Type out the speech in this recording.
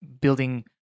building